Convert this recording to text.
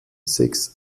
sechs